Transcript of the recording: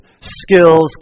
skills